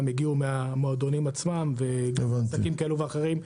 הגיעו מהמועדונים עצמם ועסקים כאלו ואחרים,